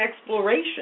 exploration